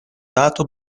dato